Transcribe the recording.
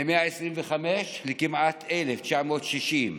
מ-125 לכמעט 1,960,